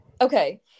okay